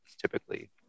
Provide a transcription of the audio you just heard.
typically